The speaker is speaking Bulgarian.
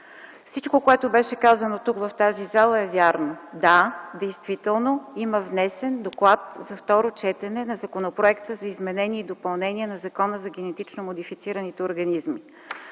Всичко, казано в тази зала, е вярно. Да, действително има внесен доклад на второ четене на Законопроекта за изменение и допълнение на Закона за генетично модифицираните организми.